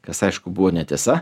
kas aišku buvo netiesa